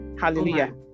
Hallelujah